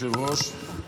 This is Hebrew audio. כבוד היושב-ראש,